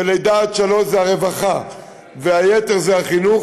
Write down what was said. שמלידה עד גיל שלוש זה הרווחה והיתר זה החינוך,